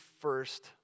first